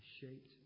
shaped